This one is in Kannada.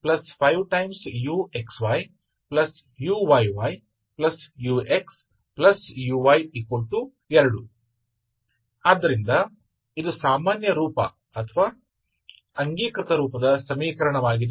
ಆದ್ದರಿಂದ ಇದು ಸಾಮಾನ್ಯ ರೂಪ ಅಥವಾ ಅಂಗೀಕೃತ ರೂಪದ ಸಮೀಕರಣವಾಗಿದೆ